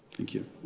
thank you.